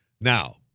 Now